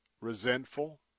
resentful